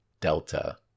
Delta